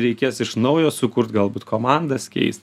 reikės iš naujo sukurt galbūt komandas keist